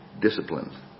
discipline